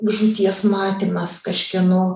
žūties matymas kažkieno